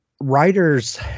writers